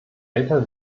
älter